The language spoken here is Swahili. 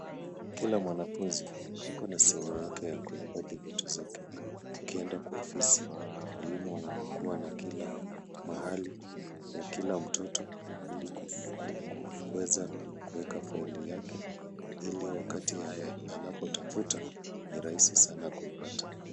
Kila mwanafunzi akona simu yake ya kufadhi vitu zake. Ukienda kwa ofisi, mwalimu wanakuwa na kila mahali ya kila mtoto ili kuweza kuweka faili yake ili wakati anapotafuta ni rahisi sana kuipata.